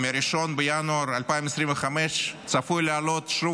וב-1 בינואר 2025 הוא צפוי לעלות שוב